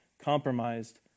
Compromised